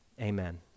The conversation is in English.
Amen